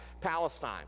Palestine